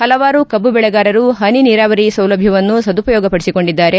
ಹಲವಾರು ಕಬ್ಬು ಬೆಳೆಗಾರರು ಹನಿ ನೀರಾವರಿ ಸೌಲಭ್ಯವನ್ನು ಸದುಪಯೋಗಪಡಿಸಿಕೊಂಡಿದ್ದಾರೆ